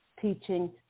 teaching